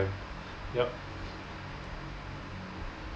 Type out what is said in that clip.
okay yup